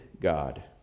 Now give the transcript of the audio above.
god